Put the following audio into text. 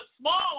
small